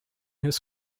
his